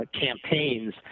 campaigns